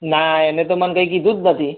ના એણે તો મને કંઈ કીધું જ નથી